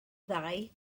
ddau